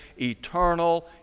eternal